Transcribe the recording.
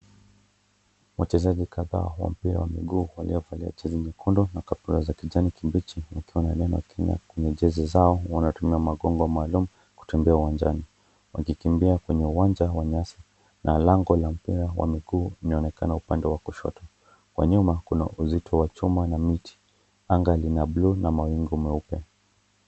Wachezaji kadhaa wa mpira wa mguu waliovalia jezi nyekundu na kaptura za kijani kibichi yakiwa na neno Kenya kwenye jezi zao wanatumia magongo maalum kutembea uwanjani. Wakikimbia kwenye uwanja wa nyasi na lango wa mpira wa mguu linaonekana. Upande wa kushoto kwa nyuma kuna uzito wa chuma na mti. Anga ni la bluu na mawingu meupe.